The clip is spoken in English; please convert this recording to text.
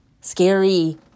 scary